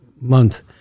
month